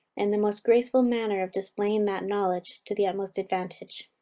and the most graceful manner of displaying that knowledge to the utmost advantage.